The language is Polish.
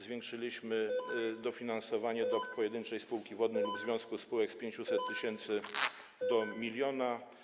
Zwiększyliśmy dofinansowanie pojedynczej spółki wodnej lub związku spółek z 500 tys. do 1 mln.